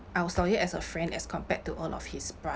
I was loyal as a friend as compared to all of his